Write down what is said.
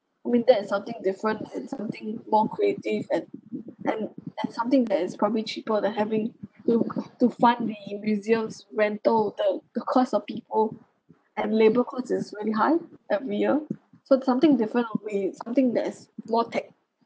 I mean that is something different and something more creative and and and something that is probably cheaper than having you to find the museums rental the cost of people and labour cost is very high every year so it's something different that we something that is more tech